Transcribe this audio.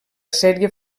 sèrie